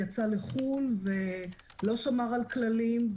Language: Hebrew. יצא לחו"ל ולא שמר על כללים,